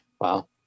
Wow